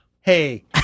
hey